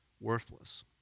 worthless